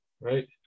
Right